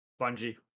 Bungie